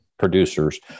producers